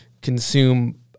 consume